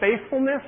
faithfulness